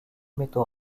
métaux